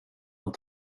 inte